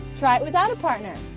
try it without a partner.